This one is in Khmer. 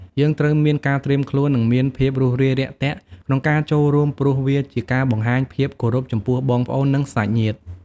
យើងត្រូវមានការត្រៀមខ្លួន និងមានភាពរួសរាយរាក់ទាក់ក្នុងការចូលរួម ព្រោះវាជាការបង្ហាញភាពគោរពចំពោះបងប្អូន និងសាច់ញាតិ។